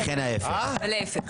וההיפך.